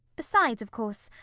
besides, of course,